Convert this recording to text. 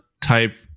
type